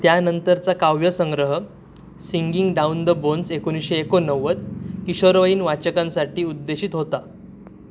त्यानंतरचा काव्य संग्रह सिंगिंग डाऊन द बोन्स एकोणीसशे एकोणनव्वद किशोरवयीन वाचकांसाठी उद्देशित होता